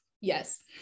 Yes